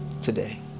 today